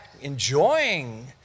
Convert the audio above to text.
enjoying